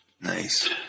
Nice